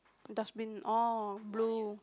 dustbin oh blue